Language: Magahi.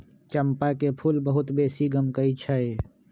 चंपा के फूल बहुत बेशी गमकै छइ